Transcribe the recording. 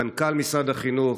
מנכ"ל משרד החינוך,